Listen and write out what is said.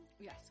Yes